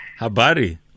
Habari